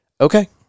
Okay